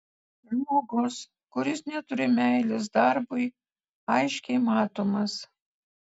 žmogus kuris neturi meilės darbui aiškiai matomas